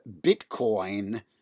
Bitcoin